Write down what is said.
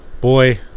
Boy